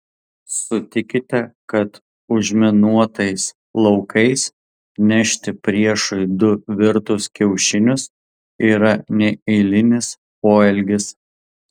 sutikite kad užminuotais laukais nešti priešui du virtus kiaušinius yra neeilinis poelgis